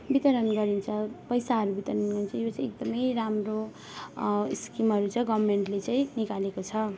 वितरण गरिन्छ पैसाहरू वितरण गरिन्छ यो चाहिँ एकदमै राम्रो स्किमहरू चाहिँ गभर्मेन्टले चाहिँ निकालेको छ